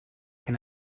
can